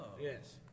yes